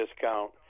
discount